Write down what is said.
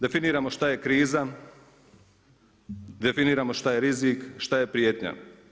Definiramo što je kriza, definirajmo što je rizik, što je prijetnja.